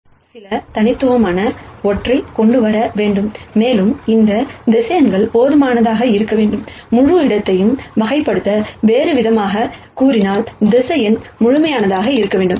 எனவே அடிப்படைக்கு 2 பண்புகள் உள்ளன அடிப்படையில் ஒவ்வொரு வெக்டர் சில தனித்துவமான ஒன்றைக் கொண்டுவர வேண்டும் மேலும் இந்த வெக்டர்ஸ் போதுமானதாக இருக்க வேண்டும் முழு இடத்தையும் வகைப்படுத்த வேறுவிதமாகக் கூறினால் வெக்டர் முழுமையானதாக இருக்க வேண்டும்